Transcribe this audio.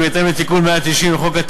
כי בהתאם לתיקון 190 לחוק,